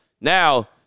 now